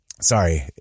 Sorry